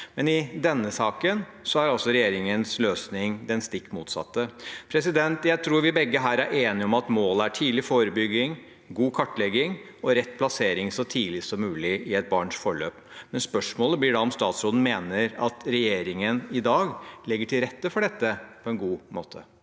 men i denne saken er altså regjeringens løsning det stikk motsatte. Jeg tror vi begge her er enige om at målet er tidlig forebygging, god kartlegging og rett plassering så tidlig som mulig i et barns forløp. Spørsmålet blir da om statsråden mener at regjeringen i dag legger til rette for dette på en god måte.